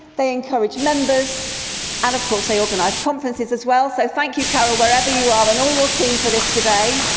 they encourage members and of course, they organise conferences as well. so thank you carol, whenever you are and all your team for this today.